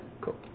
Cool